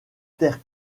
terre